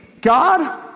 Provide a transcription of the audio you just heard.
God